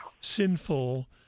sinful